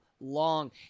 long